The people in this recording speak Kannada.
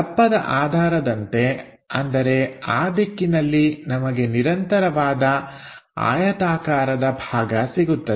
ದಪ್ಪದ ಆಧಾರದಂತೆ ಅಂದರೆ ಆ ದಿಕ್ಕಿನಲ್ಲಿ ನಮಗೆ ನಿರಂತರವಾದ ಆಯತಾಕಾರದ ಭಾಗ ಸಿಗುತ್ತದೆ